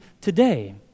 today